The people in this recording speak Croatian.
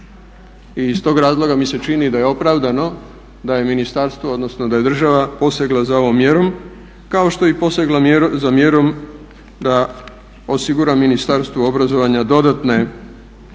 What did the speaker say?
I iz tog razloga mi se čini da je opravdano da je ministarstvo odnosno država posegla za ovom mjerom kao što je posegla za mjerom da osigura Ministarstvu obrazovanja dodatne